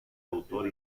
autor